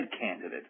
candidate